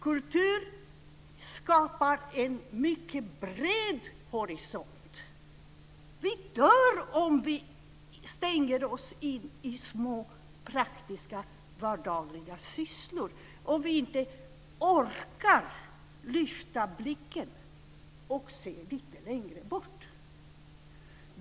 Kultur skapar en mycket bred horisont. Vi dör om vi stänger in oss i små, praktiska vardagliga sysslor och inte orkar lyfta blicken och se lite längre bort.